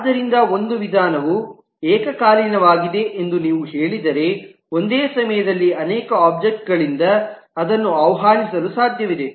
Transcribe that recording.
ಆದ್ದರಿಂದ ಒಂದು ವಿಧಾನವು ಏಕಕಾಲೀನವಾಗಿದೆ ಎಂದು ನೀವು ಹೇಳಿದರೆ ಒಂದೇ ಸಮಯದಲ್ಲಿ ಅನೇಕ ಒಬ್ಜೆಕ್ಟ್ ಗಳಿಂದ ಅದನ್ನು ಆಹ್ವಾನಿಸಲು ಸಾಧ್ಯವಿದೆ